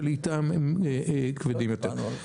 שלעתים הם כבדים יותר.